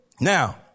now